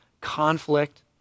conflict